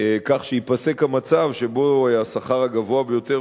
כך שייפסק המצב שבו השכר הגבוה ביותר